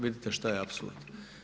Vidite šta je apsurd.